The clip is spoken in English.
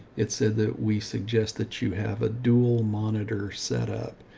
it said that we suggest that you have a dual monitor set up.